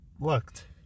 looked